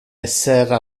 esser